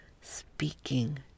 speaking